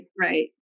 right